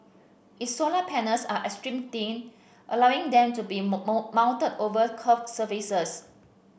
its solar panels are extra thin allowing them to be moulded over curved surfaces